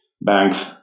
banks